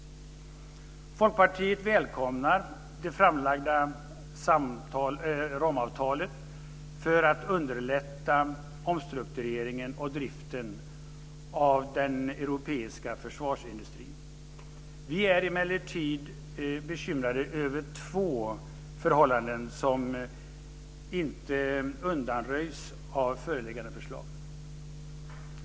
Folkpartiet välkomnar det framlagda ramavtalet för att underlätta omstruktureringen och driften av den europeiska försvarsindustrin. Vi är emellertid bekymrade över två förhållanden som inte undanröjs av föreliggande förslag.